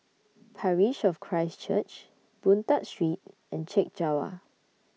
Parish of Christ Church Boon Tat Street and Chek Jawa